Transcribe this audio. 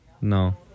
No